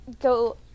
go